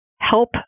help